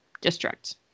district